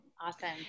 Awesome